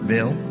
Bill